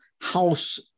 House